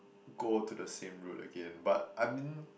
go to the same route again but I mean